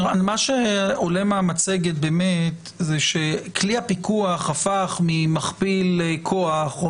מה שעולה מהמצגת זה שכלי הפיקוח הפך ממכפיל כוח או